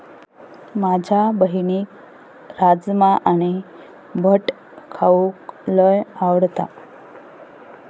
माझ्या बहिणीक राजमा आणि भट खाऊक लय आवडता